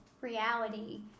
reality